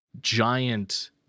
giant